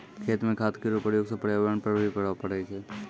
खेत म खाद केरो प्रयोग सँ पर्यावरण पर भी प्रभाव पड़ै छै